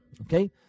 okay